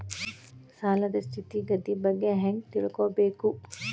ಸಾಲದ್ ಸ್ಥಿತಿಗತಿ ಬಗ್ಗೆ ಹೆಂಗ್ ತಿಳ್ಕೊಬೇಕು?